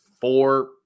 four